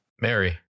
Mary